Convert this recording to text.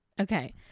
Okay